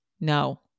no